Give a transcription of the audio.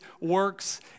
works